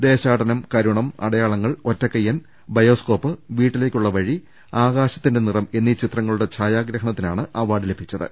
ദേശാടനം കരുണം അടയാളങ്ങൾ ഒറ്റക്കൈയ്യൻ ബയോസ്കോപ്പ് വീട്ടിലേക്കുള്ള വഴി ആകാശത്തിന്റെ നിറം എന്നീ ചിത്രങ്ങളുടെ ഛായാഗ്രഹ്ണത്തിനാണ് അവാർഡ് ലഭിച്ചത്